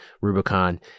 Rubicon